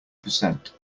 percent